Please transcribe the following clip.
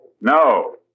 No